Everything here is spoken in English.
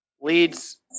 leads